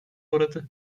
uğradı